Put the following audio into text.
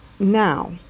Now